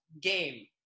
game